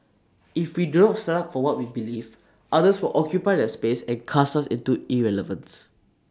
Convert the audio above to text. if we do not stand up for what we believe others will occupy that space and cast us into irrelevance